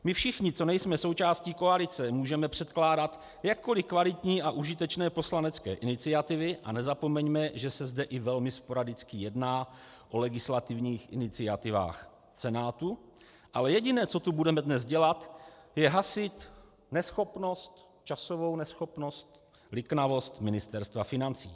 My všichni, co nejsme součástí koalice, můžeme předkládat jakkoliv kvalitní a užitečné poslanecké iniciativy, a nezapomeňme, že se zde i velmi sporadicky jedná o legislativních iniciativách Senátu, ale jediné, co tu budeme dnes dělat, je hasit časovou neschopnost a liknavost Ministerstva financí.